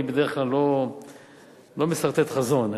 אני בדרך כלל לא מסרטט חזון.